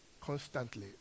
Constantly